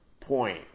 point